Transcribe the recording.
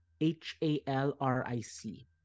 H-A-L-R-I-C